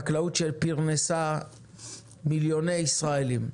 חקלאות שפרנסה מיליוני ישראלים,